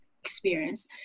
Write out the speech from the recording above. experience